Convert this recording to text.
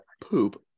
poop